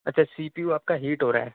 اچھا C P U آپ کا ہیٹ ہو رہا ہے